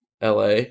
LA